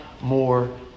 more